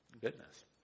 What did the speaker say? goodness